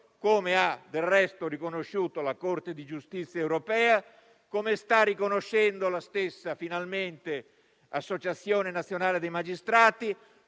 come ha del resto riconosciuto la Corte di giustizia europea e come sta riconoscendo finalmente la stessa Associazione nazionale dei magistrati